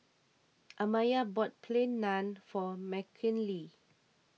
Amaya bought Plain Naan for Mckinley